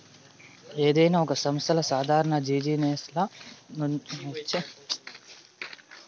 ఏదైనా ఒక సంస్థల సాదారణ జిజినెస్ల నుంచొచ్చే నష్టాలనే ఈ కార్యాచరణ నష్టాలంటుండె